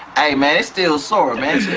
hey man, its still sore, man.